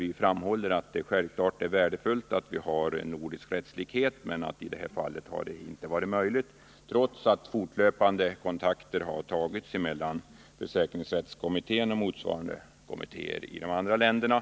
Vi framhåller där att det självfallet är av värde att ha en nordisk rättslikhet, men att det i detta fall inte har varit möjligt att upprätthålla en sådan, trots att fortlöpande överläggningar har hållits mellan försäkringsrättskommittén och motsvarande kommittéer i de andra nordiska länderna.